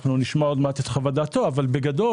אנחנו נשמע עוד מעט את חוות דעתו אבל בגדול,